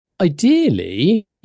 ideally